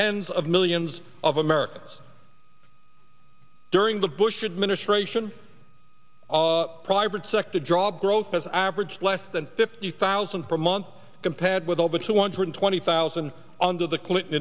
tens of millions of americans during the bush administration private sector job growth has averaged less than fifty thousand per month compared with over two hundred twenty thousand under the clinton